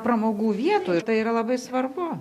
pramogų vietų ir tai yra labai svarbu